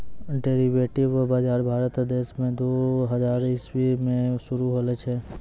derivative बजार भारत देश मे दू हजार इसवी मे शुरू होलो छै